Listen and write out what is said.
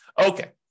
Okay